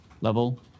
level